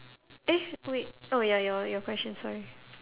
eh wait oh ya your your question sorry